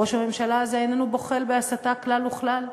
ראש הממשלה הזה איננו בוחל בהסתה כלל וכלל.